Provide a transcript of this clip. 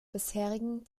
bisherigen